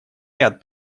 ряд